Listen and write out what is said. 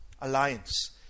alliance